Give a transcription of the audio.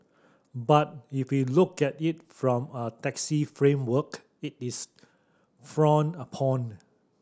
but if we look at it from a taxi framework it is frowned upon